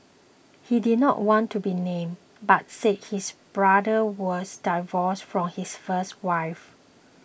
he did not want to be named but said his brother was divorced from his first wife